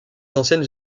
anciennes